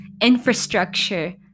infrastructure